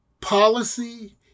policy